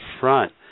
front